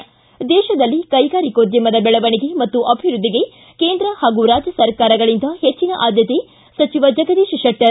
ಿ ದೇಶದಲ್ಲಿ ಕೈಗಾರಿಕೋದ್ಯಮದ ಬೆಳವಣಿಗೆ ಮತ್ತು ಅಭಿವೃದ್ಧಿಗೆ ಕೇಂದ್ರ ಹಾಗೂ ರಾಜ್ಯ ಸರ್ಕಾರಗಳಿಂದ ಹೆಚ್ಚಿನ ಆದ್ಯತೆ ಸಚಿವ ಜಗದೀಶ್ ಶೆಟ್ಟರ್